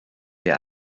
der